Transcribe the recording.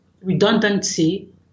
Redundancy